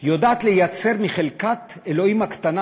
היא יודעת לייצר מחלקת אלוהים הקטנה